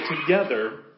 together